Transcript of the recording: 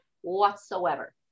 whatsoever